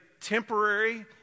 temporary